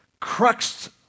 crux